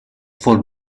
for